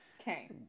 Okay